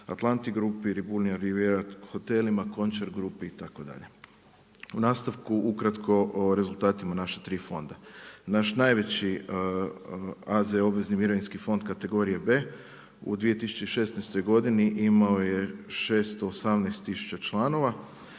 Atlantic grupi, Liburnia rivijera hotelima, Končar grupi itd. U nastavku ukratko o rezultatima naša tri fonda. Naš najveći AZ obvezni mirovinski fond kategorije B u 2016. godini imao je 618 tisuća članova,